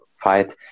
fight